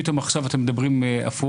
פתאום עכשיו אתם מדברים הפוך.